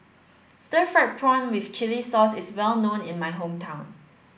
stir fried prawn with chili sauce is well known in my hometown